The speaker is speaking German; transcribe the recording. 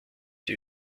die